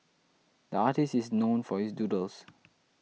the artist is known for his doodles